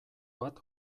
bat